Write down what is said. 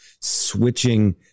switching